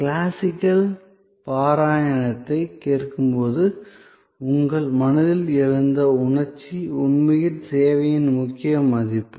classical பாராயணத்தைக் கேட்கும்போது உங்கள் மனதில் எழுந்த உணர்ச்சி உண்மையில் சேவையின் முக்கிய மதிப்பு